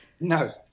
No